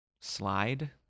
slide